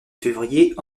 février